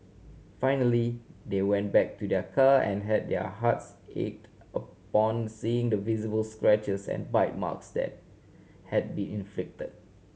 finally they went back to their car and had their hearts ached upon seeing the visible scratches and bite marks that had been inflicted